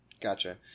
Gotcha